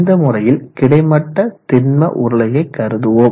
இந்த முறையில் கிடைமட்ட திண்ம உருளையை கருதுவோம்